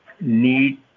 need